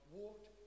walked